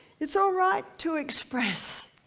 it's all right to express.